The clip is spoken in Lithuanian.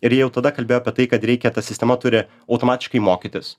ir jau tada kalbėjo apie tai kad reikia ta sistema turi automatiškai mokytis